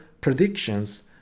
predictions